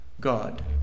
God